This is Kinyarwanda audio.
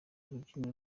urubyiniro